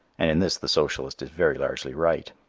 and in this the socialist is very largely right.